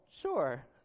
Sure